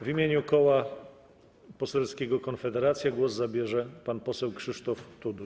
W imieniu Koła Poselskiego Konfederacja głos zabierze pan poseł Krzysztof Tuduj.